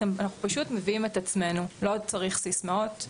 אנחנו פשוט מביאים את עצמנו, לא צריך סיסמאות,